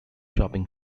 shopping